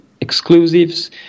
exclusives